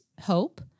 hope